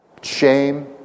shame